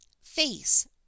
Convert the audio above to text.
face